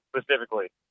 specifically